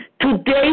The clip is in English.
Today